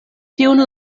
tiun